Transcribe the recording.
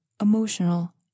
emotional